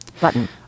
button